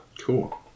Cool